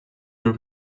her